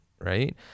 right